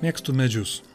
mėgstu medžius